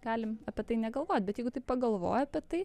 galim apie tai negalvot bet jeigu taip pagalvoji apie tai